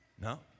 No